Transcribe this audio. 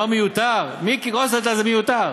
כשזה דבר מיותר, מיקי רוזנטל, זה מיותר.